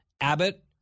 Abbott